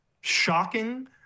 shocking